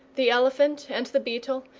the elephant and the beetle,